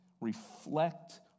reflect